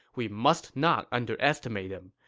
we must not underestimate him.